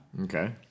Okay